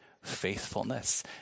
faithfulness